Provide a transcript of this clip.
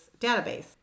database